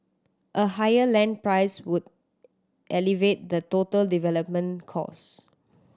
a higher land price would elevate the total development cost